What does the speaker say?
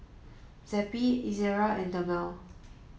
Zappy Ezerra and Dermale